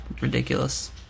ridiculous